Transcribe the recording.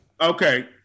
Okay